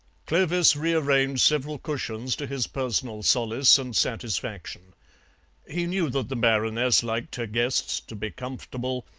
clovis rearranged several cushions to his personal solace and satisfaction he knew that the baroness liked her guests to be comfortable,